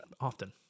often